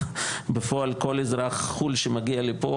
בפועל כל אזרח חו"ל שמגיע לפה,